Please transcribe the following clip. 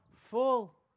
full